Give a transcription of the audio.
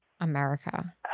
america